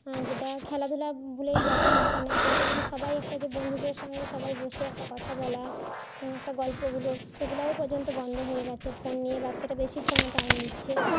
যেটা খেলাধুলা ভুলেই যাচ্ছে এখন এক অর্থে মানে সবাই একটা যে বন্ধুদের সঙ্গে সবাই বসে একটা কথা বলা একটা গল্পগুজব সেগুলোও পর্যন্ত বন্ধ হয়ে গেছে ফোন নিয়ে বাচ্চারা বেশি ফোনে টাইম দিচ্ছে